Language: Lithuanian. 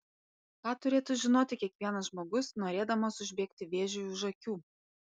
ką turėtų žinoti kiekvienas žmogus norėdamas užbėgti vėžiui už akių